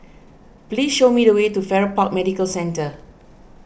please show me the way to Farrer Park Medical Centre